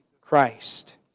Christ